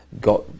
got